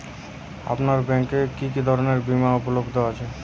আপনার ব্যাঙ্ক এ কি কি ধরনের বিমা উপলব্ধ আছে?